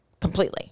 completely